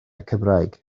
cymraeg